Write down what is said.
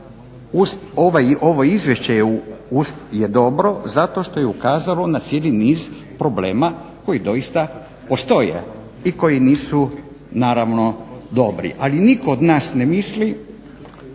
ovo izvješće je dobro zato što je ukazalo na cijeli niz problema koji doista postoje i koji nisu naravno dobri. Ali nitko od nas ne misli